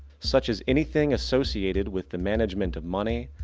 such as anything assosiated with the management of money,